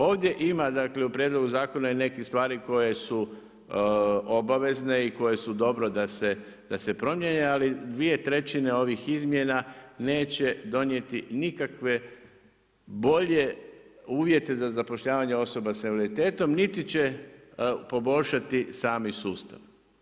Ovdje ima dakle, u prijedlogu zakona i nekih stvari koje su obavezne i koje su dobre da se promijene ali 2/3 ovih izmjena neće donijeti nikakve bolje uvjete za zapošljavanje osoba sa invaliditetom niti će poboljšati sami sustav.